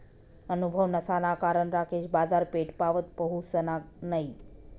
अनुभव नसाना कारण राकेश बाजारपेठपावत पहुसना नयी